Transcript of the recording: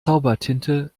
zaubertinte